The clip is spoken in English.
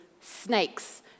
snakes